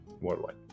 worldwide